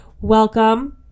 welcome